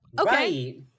Okay